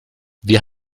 wir